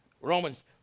Romans